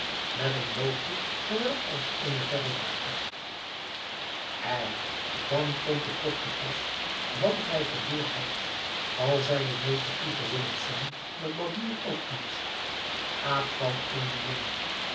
met een loopje zoowel als met eenen verrejager polsstok ei dan komt het toch te pas wat gij geleerd hebt al zeide meester pieter willemsz de barbier ook eens aap van eenen jongen